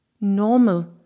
normal